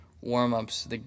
warm-ups